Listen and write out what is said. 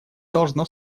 должно